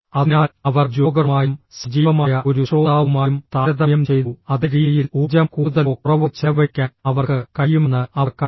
അതിനാൽ അവർ ജോഗറുമായും സജീവമായ ഒരു ശ്രോതാവുമായും താരതമ്യം ചെയ്തു അതേ രീതിയിൽ ഊർജ്ജം കൂടുതലോ കുറവോ ചെലവഴിക്കാൻ അവർക്ക് കഴിയുമെന്ന് അവർ കണ്ടെത്തി